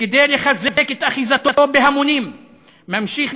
שכדי לחזק את אחיזתו בהמונים ממשיך